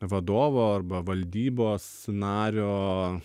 vadovo arba valdybos nario